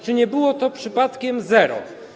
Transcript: Czy nie było to przypadkiem zero?